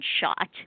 shot